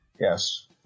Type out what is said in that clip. Yes